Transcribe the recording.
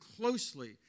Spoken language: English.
closely